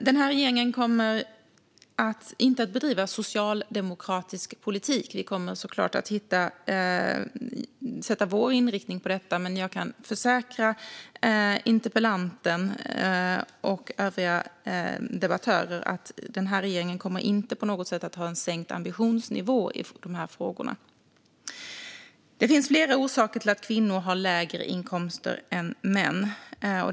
Fru talman! Regeringen kommer inte att bedriva socialdemokratisk politik, utan vi kommer såklart att ha vår inriktning. Jag kan dock försäkra interpellanten och övriga debattörer att regeringen inte på något sätt kommer att ha en sänkt ambitionsnivå i dessa frågor. Det finns flera orsaker till att kvinnor har lägre inkomster än män.